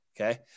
okay